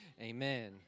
amen